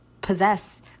possess